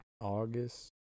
August